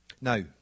Now